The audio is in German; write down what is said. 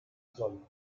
sollen